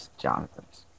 Jonathan's